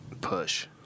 Push